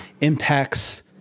impacts